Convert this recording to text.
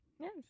Yes